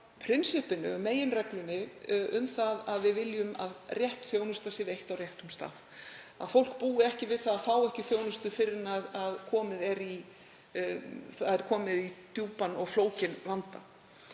út frá meginreglunni um að við viljum að rétt þjónusta sé veitt á réttum stað, að fólk búi ekki við að fá ekki þjónustu fyrr en það er komið í djúpan og flókinn vanda.